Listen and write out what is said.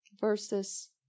versus